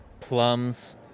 Plums